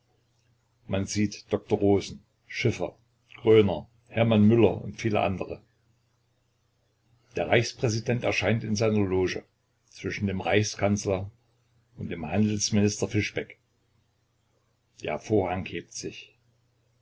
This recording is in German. man sieht dr rosen schiffer groener hermann müller und viele andere der reichspräsident erscheint in seiner loge zwischen dem reichskanzler und dem handelsminister fischbeck der vorhang hebt sich